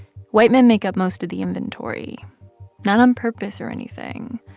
white men make up most of the inventory not on purpose or anything.